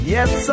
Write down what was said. Yes